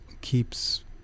keeps